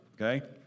okay